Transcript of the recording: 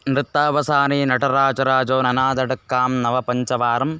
नृत्तावसानि नटराजराजो ननादढक्कां नवपञ्चवारम्